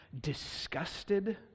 disgusted